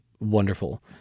wonderful